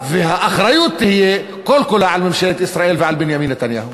והאחריות תהיה כל כולה על ממשלת ישראל ועל בנימין נתניהו.